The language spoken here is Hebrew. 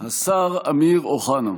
השר זאב אלקין.